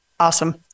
Awesome